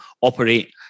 operate